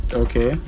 okay